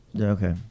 Okay